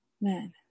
man